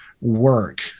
work